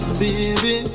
baby